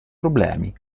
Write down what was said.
problemi